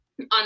on